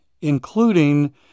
including